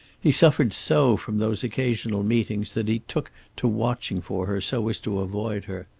he suffered so from those occasional meetings that he took to watching for her, so as to avoid her.